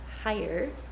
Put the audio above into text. higher